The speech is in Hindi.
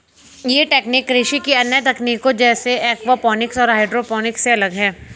यह तकनीक कृषि की अन्य तकनीकों जैसे एक्वापॉनिक्स और हाइड्रोपोनिक्स से अलग है